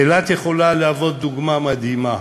אילת יכולה להיות דוגמה מדהימה,